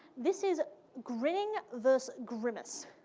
this is grinning verse grimace.